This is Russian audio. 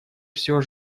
все